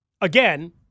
again